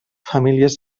famílies